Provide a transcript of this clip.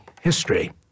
history